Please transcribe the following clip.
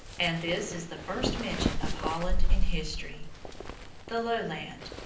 and this is the first mention of holland in history the low land,